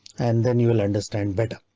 and then you will understand better.